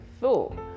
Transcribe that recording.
thought